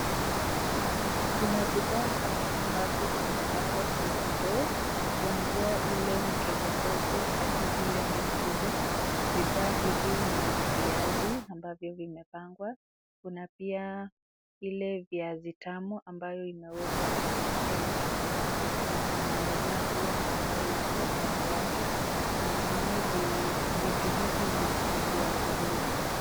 Kuna bidhaa hapa ambazo zimepangwa kwenye ndoo kuanzia ile mkebe ndogo hadi ile ndoo kubwa . Bidhaa hivi ni viazi ambavyo vimepangwa, kuna pia ile viazi tamu ambayo imewekwa tena hapa kando na kuna nduma pia ambayo iko kando yake. Natumai vitu hivi ni vya kuuza.